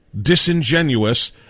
disingenuous